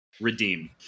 redeem